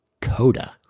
Coda